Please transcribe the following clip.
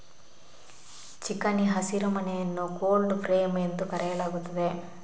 ಚಿಕಣಿ ಹಸಿರುಮನೆಯನ್ನು cold frame ಎಂದು ಕರೆಯಲಾಗುತ್ತದೆ